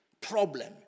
Problem